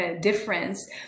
difference